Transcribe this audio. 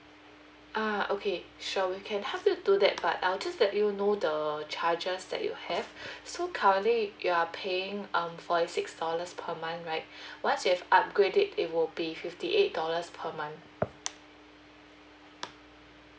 uh okay sure we can help you do that but I'll just let you know the charges that you have so currently you are paying um forty six dollars per month right what if you upgrade it it will be fifty eight dollars per month